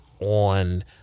on